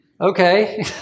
Okay